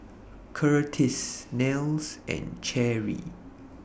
Curtis Nels and Cherry